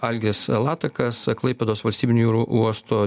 algis latakas klaipėdos valstybinių jūrų uosto